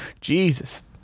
Jesus